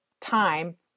time